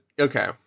okay